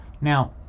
Now